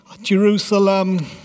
Jerusalem